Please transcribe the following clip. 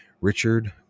Richard